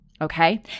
okay